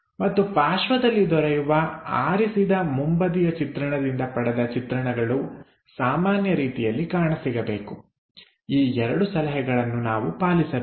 ಮತ್ತು ಪಾರ್ಶ್ವದಲ್ಲಿ ದೊರೆಯುವ ಆರಿಸಿದ ಮುಂಬದಿಯ ಚಿತ್ರಣದಿಂದ ಪಡೆದ ಚಿತ್ರಣಗಳು ಸಾಮಾನ್ಯ ರೀತಿಯಲ್ಲಿ ಕಾಣ ಸಿಗಬೇಕು ಈ ಎರಡು ಸಲಹೆಗಳನ್ನು ನಾವು ಪಾಲಿಸಬೇಕು